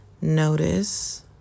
notice